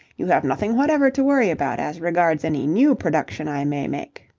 you have nothing whatever to worry about as regards any new production i may make.